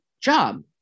job